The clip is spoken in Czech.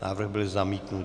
Návrh byl zamítnut.